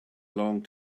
long